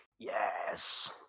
yes